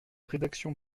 rédaction